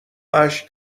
اشک